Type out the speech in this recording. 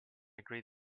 agree